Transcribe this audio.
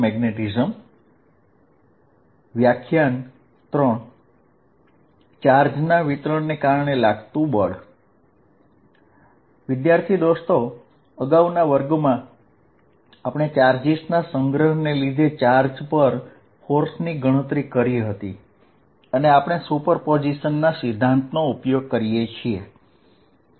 વીજભારોના વિતરણને કારણે લાગતું બળ અગાઉના વર્ગમાં આપણે વિજભારો ના સંગ્રહને લીધે ચાર્જ પર લાગતા બળ ની ગણતરી કરી હતી અને તે માટે આપણે સુપરપોઝિશન ના સિદ્ધાંતનો ઉપયોગ કરીએ છીએ